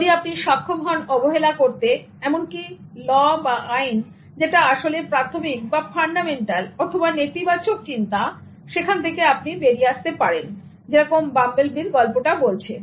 যদি আপনি সক্ষম হন অবহেলা করতে এমনকি ল বা আইন যেটা আসলে প্রাথমিক বা ফান্ডামেন্টাল অথবা নেতিবাচক চিন্তা সেখান থেকে আপনি বেরিয়ে আসতে পারেন যেরকম বাম্বল বি র গল্পটি বলছে